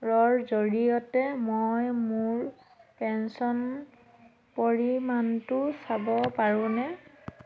ৰৰ জৰিয়তে মই মোৰ পেঞ্চন পৰিমাণটো চাব পাৰোঁনে